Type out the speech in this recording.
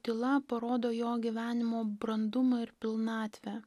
tyla parodo jo gyvenimo brandumą ir pilnatvę